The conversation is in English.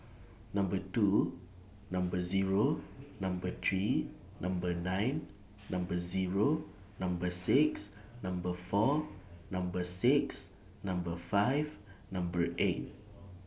Number two Number Zero Number three Number nine Number Zero Number six Number four Number six Number five Number eight